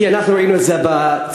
כי אנחנו ראינו את זה בצילומים,